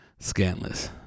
scantless